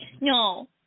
No